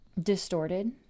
distorted